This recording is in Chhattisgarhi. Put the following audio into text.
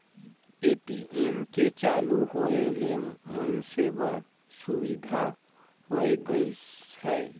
ए.टी.एम के चालू होय ले मइनसे बर सुबिधा होय गइस हे